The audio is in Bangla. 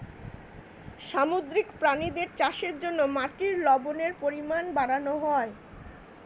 সামুদ্রিক প্রাণীদের চাষের জন্যে মাটির লবণের পরিমাণ বাড়ানো হয়